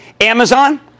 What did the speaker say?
Amazon